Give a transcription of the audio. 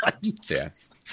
Yes